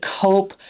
cope